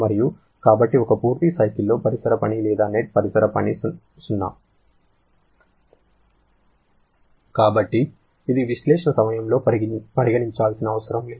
మరియు కాబట్టి ఒక పూర్తి సైకిల్ లో పరిసర పని లేదా నెట్ పరిసర పని 0 కాబట్టి ఇది విశ్లేషణ సమయంలో పరిగణించాల్సిన అవసరం లేదు